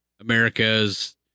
America's